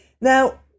Now